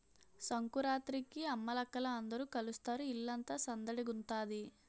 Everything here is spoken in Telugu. సంకురాత్రికి అమ్మలక్కల అందరూ కలుస్తారు ఇల్లంతా సందడిగుంతాది